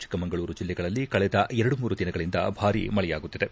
ಚಿಕ್ಕಮಗಳೂರು ಜಿಲ್ಲೆಗಳಲ್ಲಿ ಕಳಿದ ಎರಡು ಮೂರು ದಿನಗಳಿಂದ ಭಾರೀ ಮಳಿಯಾಗುತ್ತಿದೆ